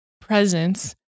presence